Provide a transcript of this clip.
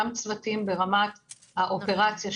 גם צוותים ברמת האופרציה,